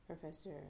Professor